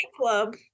club